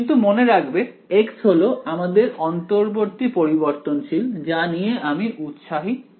কিন্তু মনে রাখবে x হলো আমাদের অন্তর্বর্তী পরিবর্তনশীল যা নিয়ে আমি উৎসাহী নই